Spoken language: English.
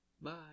Bye